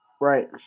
Right